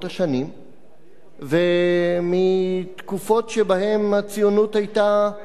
ומתקופות שבהן הציונות היתה מובנה מאליה.